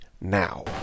now